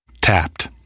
Tapped